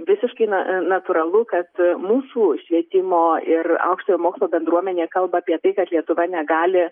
visiškai na natūralu kad mūsų švietimo ir aukštojo mokslo bendruomenė kalba apie tai kad lietuva negali